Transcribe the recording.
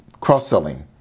cross-selling